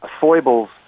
foibles